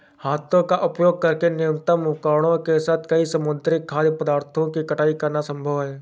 हाथों का उपयोग करके न्यूनतम उपकरणों के साथ कई समुद्री खाद्य पदार्थों की कटाई करना संभव है